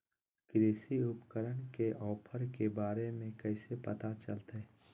कृषि उपकरण के ऑफर के बारे में कैसे पता चलतय?